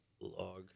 Log